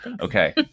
Okay